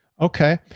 Okay